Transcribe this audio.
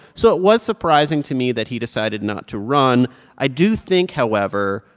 so it was surprising to me that he decided not to run i do think, however,